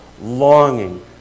longing